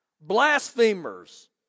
blasphemers